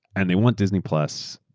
and they want disney plus,